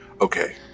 Okay